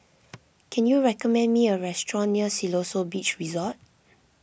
can you recommend me a restaurant near Siloso Beach Resort